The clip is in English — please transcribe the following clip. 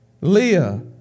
leah